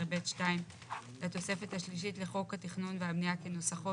(ב') 2 לתוספת השלישית לחוק התכנון והבנייה כניסוחו